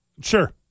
Sure